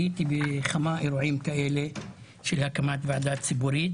הייתי בכמה אירועים של הקמת ועדה ציבורית.